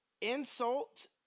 insult